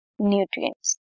nutrients